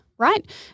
Right